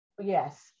yes